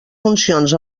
funcions